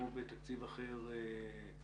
כמו בתקציב אחר,